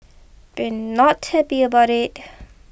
they're not happy about it